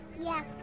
Yes